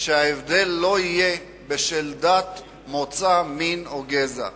שההבדל לא יהיה בשל דת, מוצא, מין או גזע.